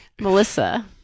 Melissa